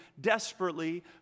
desperately